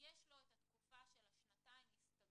יש לו את התקופה של השנתיים הסתגלות